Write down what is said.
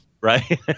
right